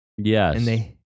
Yes